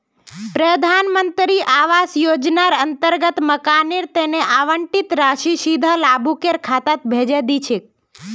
प्रधान मंत्री आवास योजनार अंतर्गत मकानेर तना आवंटित राशि सीधा लाभुकेर खातात भेजे दी छेक